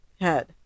head